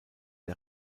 der